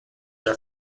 are